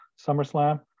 SummerSlam